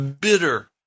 bitter